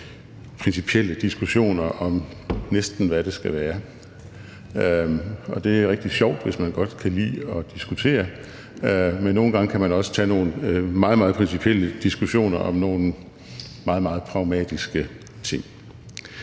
principielle diskussioner om næsten, hvad det skal være. Og det er rigtig sjovt, hvis man godt kan lide at diskutere, men nogle gange kan man også tage nogle meget, meget principielle diskussioner om nogle meget, meget pragmatiske ting.